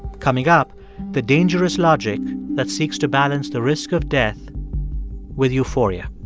coming up the dangerous logic that seeks to balance the risk of death with euphoria